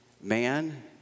man